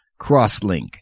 Crosslink